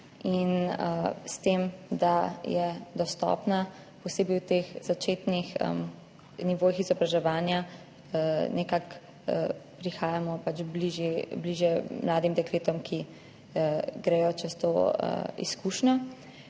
in s tem, da je dostopna posebej na teh začetnih nivojih izobraževanja, prihajamo bližje mladim dekletom, ki gredo čez to izkušnjo.